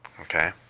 Okay